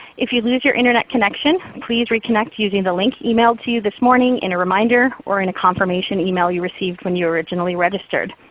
if you lose your internet connection, please reconnect using the link emailed to you this morning in a reminder, or confirmation email you received when you originally registered.